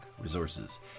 Resources